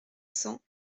cents